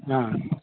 অঁ